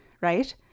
right